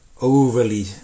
overly